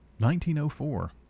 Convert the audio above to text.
1904